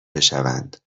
بشوند